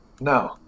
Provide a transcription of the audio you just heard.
No